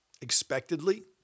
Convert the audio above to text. expectedly